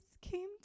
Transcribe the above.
came